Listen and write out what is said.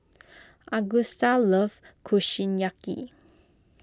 Agusta loves Kushiyaki